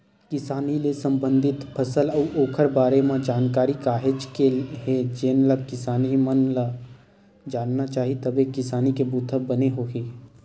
किसानी ले संबंधित फसल अउ ओखर बारे म जानकारी काहेच के हे जेनला किसान मन ल जानना चाही तभे किसानी के बूता बने होही